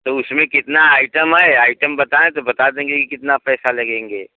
तब उसमें कितना आइटम है आइटम बताएं फिर बता देंगे कि कितना पैसा लगेंगे